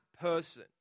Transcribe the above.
person